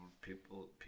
people